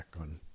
on